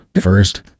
First